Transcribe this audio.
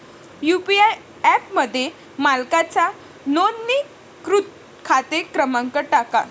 UPI ॲपमध्ये मालकाचा नोंदणीकृत खाते क्रमांक टाका